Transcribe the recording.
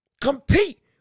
compete